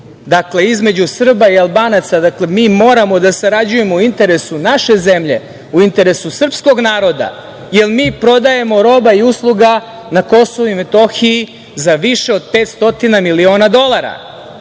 dakle, između Srba i Albanaca, dakle, mi moramo da sarađujemo u interesu naše zemlje, u interesu srpskog naroda, jer mi prodajemo roba i usluga na Kosovu i Metohiji za više od 500 miliona dolara. Mi